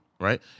right